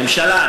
ממשלה,